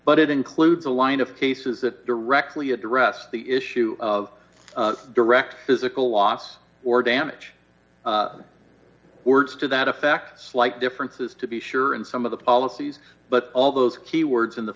but it includes a line of cases that directly address the issue of direct physical loss or damage words to that effect slight differences to be sure and some of the policies but all those key words in the